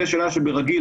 זו שאלה שברגיל,